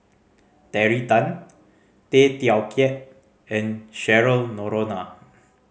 Terry Tan Tay Teow Kiat and Cheryl Noronha